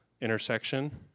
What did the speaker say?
intersection